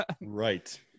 right